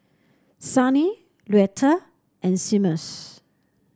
Sunny Luetta and Seamus